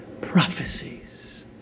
prophecies